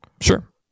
Sure